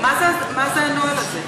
מה זה הנוהל הזה?